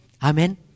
Amen